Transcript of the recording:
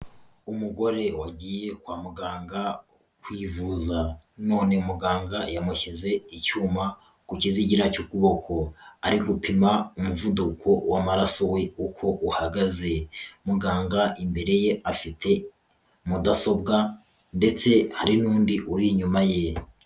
Umugore wagiye kwa muganga kwivuza none muganga yamushyize icyuma ku kizigira cy'ukuboko, ari gupima umuvuduko w'amaraso we uko uhagaze, muganga imbere ye afite mudasobwa ndetse hari n'undi uri inyuma ye.